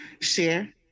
share